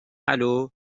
الو